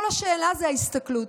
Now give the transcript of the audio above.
כל השאלה היא ההסתכלות: